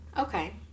Okay